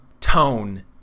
tone